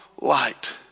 light